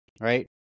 right